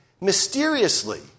Mysteriously